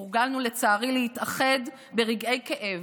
הורגלנו, לצערי, להתאחד ברגעי כאב.